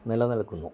നിലനിൽക്കുന്നു